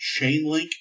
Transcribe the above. Chainlink